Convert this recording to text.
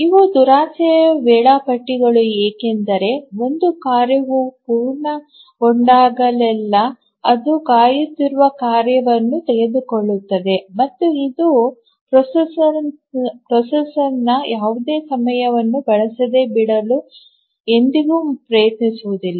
ಇವು ದುರಾಸೆಯ ವೇಳಾಪಟ್ಟಿಗಳು ಏಕೆಂದರೆ ಒಂದು ಕಾರ್ಯವು ಪೂರ್ಣಗೊಂಡಾಗಲೆಲ್ಲಾ ಅದು ಕಾಯುತ್ತಿರುವ ಕಾರ್ಯವನ್ನು ತೆಗೆದುಕೊಳ್ಳುತ್ತದೆ ಮತ್ತು ಇದು ಪ್ರೊಸೆಸರ್ನ ಯಾವುದೇ ಸಮಯವನ್ನು ಬಳಸದೆ ಬಿಡಲು ಎಂದಿಗೂ ಪ್ರಯತ್ನಿಸುವುದಿಲ್ಲ